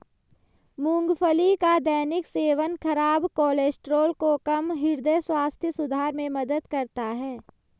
मूंगफली का दैनिक सेवन खराब कोलेस्ट्रॉल को कम, हृदय स्वास्थ्य सुधार में मदद करता है